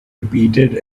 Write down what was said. repeated